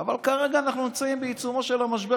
אבל כרגע אנחנו נמצאים בעיצומו של המשבר,